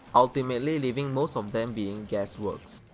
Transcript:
ultimately leaving most of them being guess works.